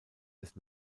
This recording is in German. des